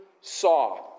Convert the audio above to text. saw